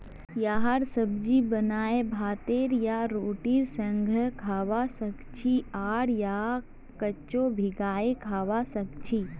यहार सब्जी बनाए भातेर या रोटीर संगअ खाबा सखछी आर यहाक कच्चो भिंगाई खाबा सखछी